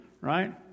Right